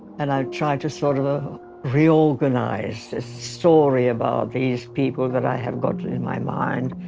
and i try to sort of ah reorganize the story about these people that i have got in my mind